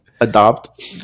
adopt